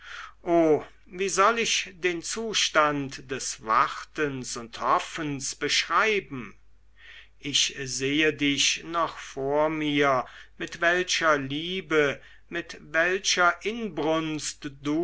o wie soll ich den zustand des wartens und hoffens beschreiben ich sehe dich noch vor mir mit welcher liebe mit welcher inbrunst